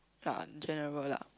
ya in general lah